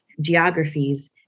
geographies